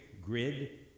grid